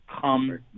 come